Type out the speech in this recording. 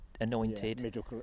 Anointed